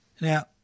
Now